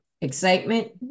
excitement